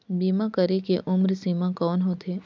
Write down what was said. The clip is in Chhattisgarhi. बीमा करे के उम्र सीमा कौन होथे?